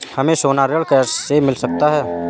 हमें सोना ऋण कैसे मिल सकता है?